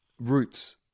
roots